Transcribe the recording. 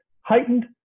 heightened